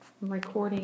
recording